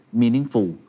meaningful